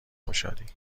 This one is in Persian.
خوشحالییییی